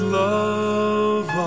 love